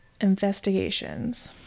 Investigations